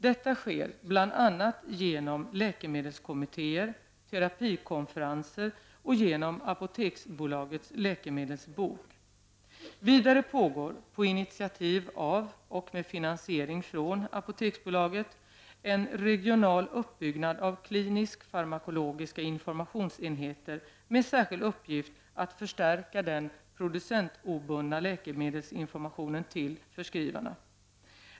Detta sker bl.a. genom läkemedelskommittéer, terapikonferenser och genom Apoteksbolagets läkemedelsbok. Vidare pågår — på initiativ av och med finansiering från Apoteksbolaget — en regional uppbyggnad av klinisk-farmakologiska informationsenheter med särskild uppgift att förstärka den producentobundna läkemedelsinformationen till förskrivarna.